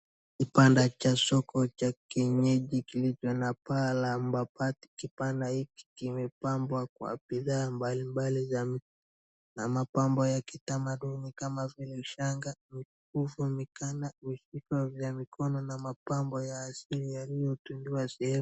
Kibanda cha soko cha kienyeji kilicho na paa la mabati. Kibanda hiki kimepambwa kwa bidhaa mbali mbali za, na mapambo ya kitamaduni kama vile shanga, mikufu, mighana, vifaa vya mikono, na mapombo sijui yaliyo tundiwa sehemu...